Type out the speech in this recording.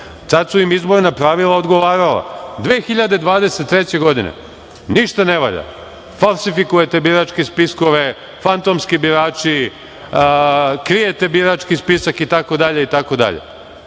su im izborna pravila odgovarala, a 2023. godine ništa ne valja - falsifikujete biračke spiskove, fantomski birači, krijete birački spisak itd,